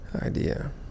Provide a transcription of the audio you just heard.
idea